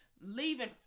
leaving